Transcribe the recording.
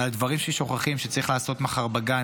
על דברים ששוכחים שצריך לעשות מחר בגן,